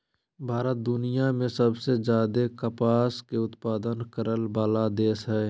भारत दुनिया में सबसे ज्यादे कपास के उत्पादन करय वला देश हइ